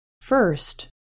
First